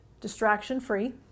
distraction-free